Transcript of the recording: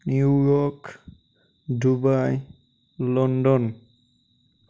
new York Dubai London